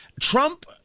Trump